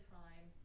time